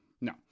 No